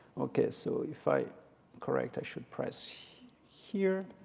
ok, so if i correct, i should press here.